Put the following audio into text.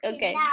Okay